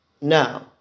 No